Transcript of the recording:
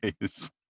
days